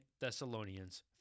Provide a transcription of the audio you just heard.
Thessalonians